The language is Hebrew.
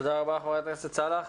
תודה רבה, חברת הכנסת סאלח.